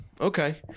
okay